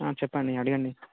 చెప్పండి అడగండి